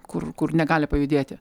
kur kur negali pajudėti